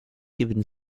giving